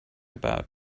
about